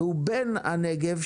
הוא בן הנגב,